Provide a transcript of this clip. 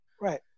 Right